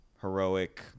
heroic